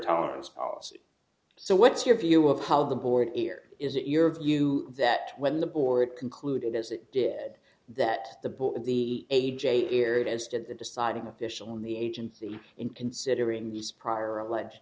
tolerance policy so what's your view of how the board here is it your view that when the board concluded as it did that the book of the a j erred as did the deciding official in the agency in considering these prior alleged